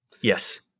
Yes